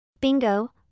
Bingo